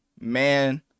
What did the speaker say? man